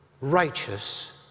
righteous